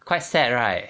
quite sad right